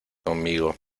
conmigo